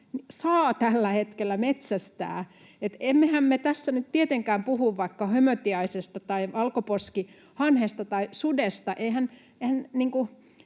saa tällä hetkellä metsästää. Emmehän me tässä nyt tietenkään puhu vaikka hömötiaisesta tai valkoposkihanhesta tai sudesta.